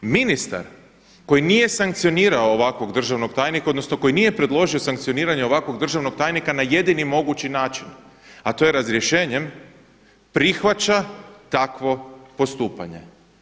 Ministar koji nije sankcionirao ovakvog državnog tajnika odnosno koji nije predložio sankcioniranje ovakvog državnog tajnica na jedini mogući način, a to je razrješenjem, prihvaća takvo postupanje.